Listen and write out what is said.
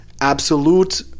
absolute